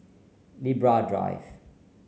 Libra Drive